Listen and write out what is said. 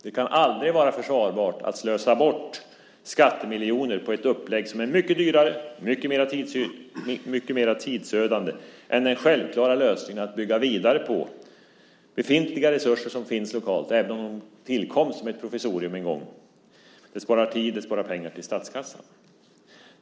Det kan aldrig vara försvarbart att slösa bort skattemiljoner på ett upplägg som är mycket dyrare och mycket mer tidsödande än den självklara lösningen att bygga vidare på resurser som finns lokalt, även om de tillkom som ett provisorium en gång. Det sparar tid och det sparar pengar till statskassan.